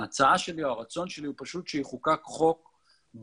ההצעה שלי או הרצון שלי הוא שיחוקק חוק ברור,